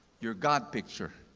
your god picture.